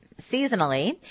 seasonally